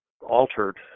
altered